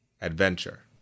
adventure